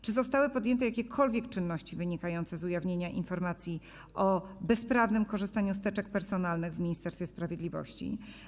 Czy zostały podjęte jakiekolwiek czynności wynikające z ujawnienia informacji o bezprawnym korzystaniu z teczek personalnych w Ministerstwie Sprawiedliwości?